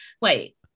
Wait